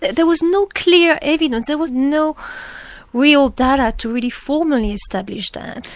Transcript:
there was no clear evidence, there was no real data to really formally establish that.